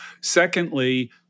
Secondly